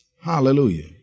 Hallelujah